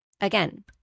Again